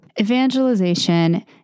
Evangelization